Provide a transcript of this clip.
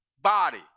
body